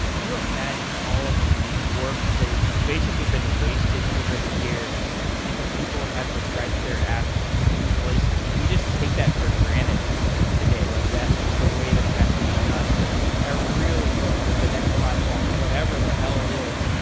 you imagine all of the work that has basically been wasted over the years because people had to write their apps in two places, and we just take that for granted today. like that's just the way that it has to be done. but i really hope that the next platform, whatever the hell it is,